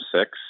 six